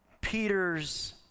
Peter's